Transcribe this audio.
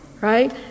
right